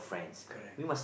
correct